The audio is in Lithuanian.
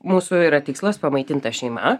mūsų yra tikslas pamaitinta šeima